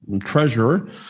treasurer